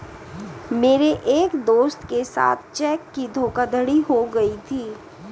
मेरे एक दोस्त के साथ चेक की धोखाधड़ी हो गयी थी